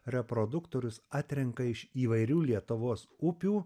reproduktorius atrenka iš įvairių lietuvos upių